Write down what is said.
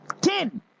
Ten